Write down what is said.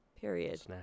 Period